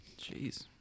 jeez